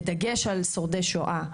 בדגש על שורדי שואה.